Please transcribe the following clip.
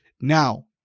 Now